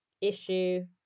issue